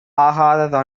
ஆகாத